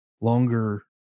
longer